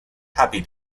happy